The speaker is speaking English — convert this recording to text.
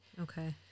Okay